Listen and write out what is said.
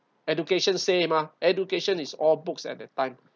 education same ah education is all books at that time